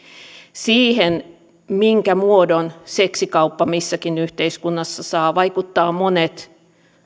siihen minkä muodon seksikauppa missäkin yhteiskunnassa saa vaikuttavat monet